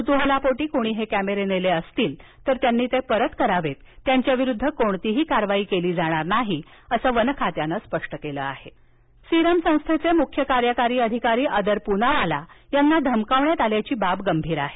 क्तूहलापोटी कोणी हे कॅमेरे नेले असतील तर त्यांनी ते परत करावेतत्यांच्याविरुद्ध कोणतीही कारवाई केली जाणार नाही असं वन खात्यानं स्पष्ट केलं आहे पूनावाला धमकी सिरम संस्थेचे मुख्य कार्यकारी अधिकारी आदर पूनावाला यांना धमकावण्यात आल्याची बाब गंभीर आहे